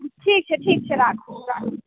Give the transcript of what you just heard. ठीक छै ठीक छै राखू राखू